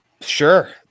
sure